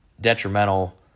detrimental